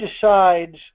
decides